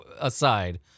aside